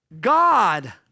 God